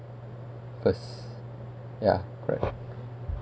first ya correct